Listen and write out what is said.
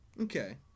Okay